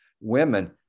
women